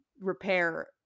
repair